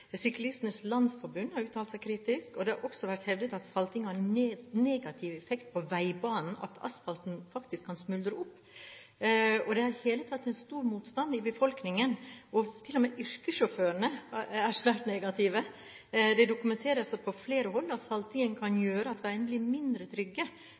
har uttalt seg kritisk, og det har også vært hevdet at salting har negativ effekt på veibanen, at asfalten faktisk kan smuldre opp. Det er i det hele tatt stor motstand i befolkningen, til og med yrkessjåførene er svært negative. Det dokumenteres fra flere hold at saltingen kan gjøre at veiene blir mindre trygge